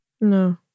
No